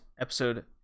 episode